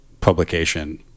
publication